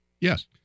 Yes